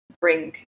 bring